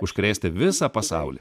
užkrėsti visą pasaulį